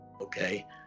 okay